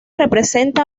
representa